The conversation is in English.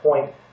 point